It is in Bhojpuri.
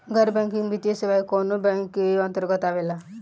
गैर बैंकिंग वित्तीय सेवाएं कोने बैंक के अन्तरगत आवेअला?